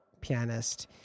pianist